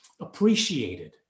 appreciated